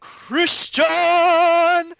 christian